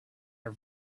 are